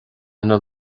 ina